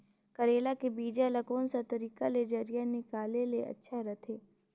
करेला के बीजा ला कोन सा तरीका ले जरिया निकाले ले अच्छा रथे?